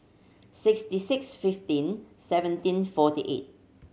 sixty six fifteen seventeen forty eight